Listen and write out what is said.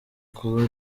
kuba